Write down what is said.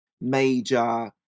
major